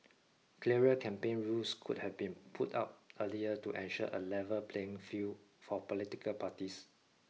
clearer campaign rules could have been put out earlier to ensure a level playing field for political parties